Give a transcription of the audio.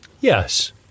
Yes